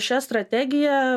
šia strategija